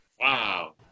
Wow